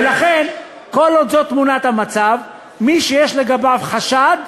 ולכן, כל עוד זאת תמונת המצב, מי שיש לגביו חשד,